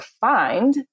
find